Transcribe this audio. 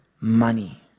money